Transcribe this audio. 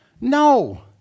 No